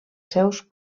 seus